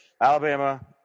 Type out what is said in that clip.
Alabama –